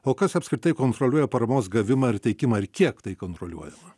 o kas apskritai kontroliuoja paramos gavimą ir teikimą ir kiek tai kontroliuojama